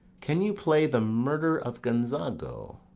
can you play the murder of gonzago?